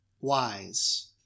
wise